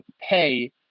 pay